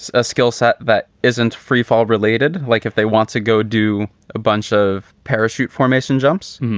ah a skill set that isn't free-fall related. like if they want to go do a bunch of parachute formation jumps.